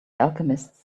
alchemists